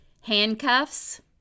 Handcuffs